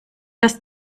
das